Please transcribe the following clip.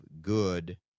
good